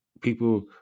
people